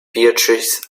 beatrice